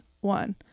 one